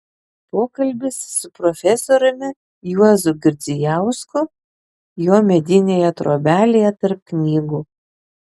pokalbis su profesoriumi juozu girdzijausku jo medinėje trobelėje tarp knygų